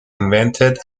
invented